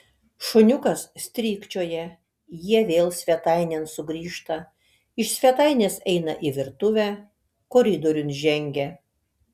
šuniukas strykčioja jie vėl svetainėn sugrįžta iš svetainės eina į virtuvę koridoriun žengia